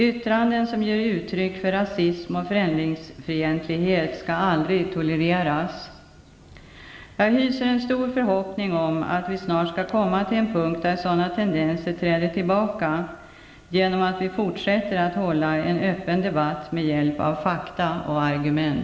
Yttranden som ger uttryck för rasism och främlingsfientlighet skall aldrig tolereras. Jag hyser en stor förhoppning om att vi snart skall komma till en punkt där sådana tendenser träder tillbaka genom att vi fortsätter att hålla en öppen debatt med hjälp av fakta och argument.